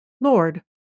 Lord